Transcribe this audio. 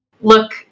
look